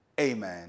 amen